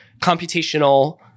computational